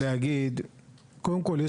קודם כול,